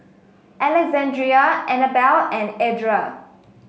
Alexandria Anabelle and Edra